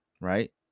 right